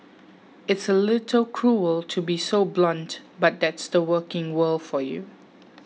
it's a little cruel to be so blunt but that's the working world for you